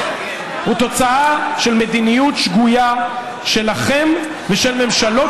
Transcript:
הוא תוצאה של מדיניות שגויה שלכם ושל ממשלות